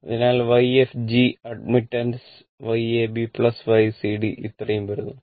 അതിനാൽ Yfg admittance Yab Ycd ഇത്രയും വരുന്നുണ്ട്